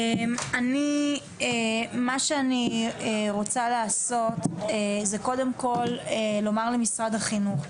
מה שאני רוצה לעשות זה קודם כל לומר למשרד החינוך,